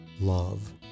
love